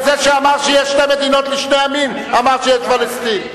זה שאמר שיהיו שתי מדינות לשני עמים אמר שיש פלסטין.